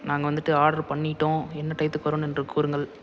நாங்கள் வந்துட்டு ஆட்ரு பண்ணிவிட்டோம் என்ன டயத்துக்கு வரும் என்று கூறுங்கள்